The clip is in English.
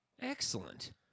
Excellent